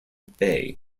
bay